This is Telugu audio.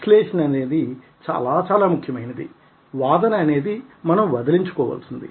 విశ్లేషణ అనేది చాలా చాలా ముఖ్యమైనది వాదన అనేది మనం వదిలించుకోవలసింది